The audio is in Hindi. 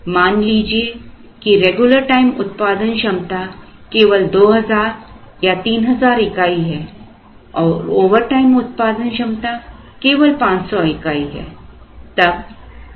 मान लीजिए कि रेगुलर टाइम उत्पादन क्षमता केवल 2000 या 3000 इकाई है और ओवरटाइम उत्पादन क्षमता केवल 500 इकाई है